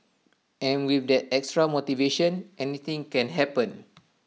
and with that extra motivation anything can happen